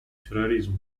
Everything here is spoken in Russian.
терроризма